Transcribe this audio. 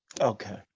okay